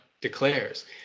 declares